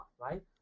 right